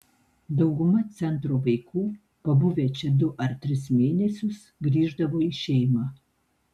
dauguma centro vaikų pabuvę čia du ar tris mėnesius grįždavo į šeimą